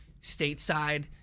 stateside